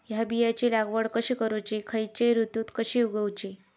हया बियाची लागवड कशी करूची खैयच्य ऋतुत कशी उगउची?